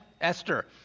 Esther